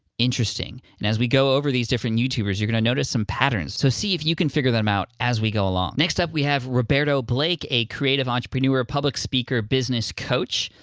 interesting. now, and as we go over these different youtubers, you're gonna notice some patterns so see if you can figure them out as we go along. next up, we have roberto blake, a creative entrepreneur, a public speaker, business coach.